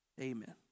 Amen